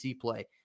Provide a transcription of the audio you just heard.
play